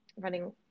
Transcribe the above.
running